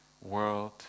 world